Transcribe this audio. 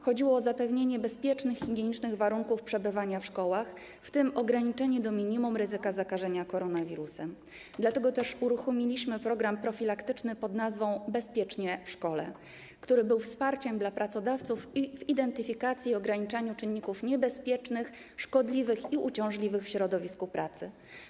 Chodziło o zapewnienie bezpiecznych i higienicznych warunków przebywania w szkołach, w tym o ograniczenie do minimum ryzyka zakażenia koronawirusem, dlatego też uruchomiliśmy program profilaktyczny ˝Bezpiecznie w szkole˝, który był wsparciem dla pracodawców w identyfikacji i ograniczaniu czynników niebezpiecznych, szkodliwych i uciążliwych w środowisku pracy.